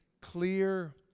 clear